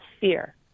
fear